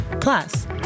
Plus